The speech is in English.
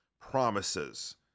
promises